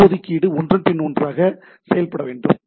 வள ஒதுக்கீடு ஒன்றன்பின் ஒன்றாக செய்யப்பட வேண்டும்